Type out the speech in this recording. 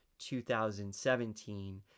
2017